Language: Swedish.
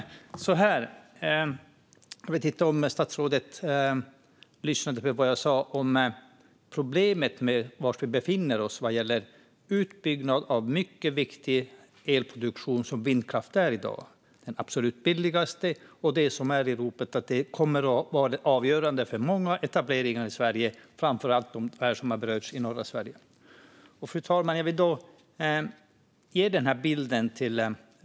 Jag vet inte om statsrådet lyssnade på vad jag sa om problemet vad gäller utbyggnad av mycket viktig elproduktion, som vindkraft är i dag. Den är absolut billigast och är i ropet. Den kommer att vara avgörande för många etableringar i Sverige, framför allt dem i norra Sverige, som har berörts här. Fru talman!